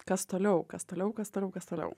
kas toliau kas toliau kas toliau kas toliau